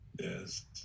Yes